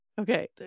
Okay